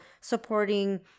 supporting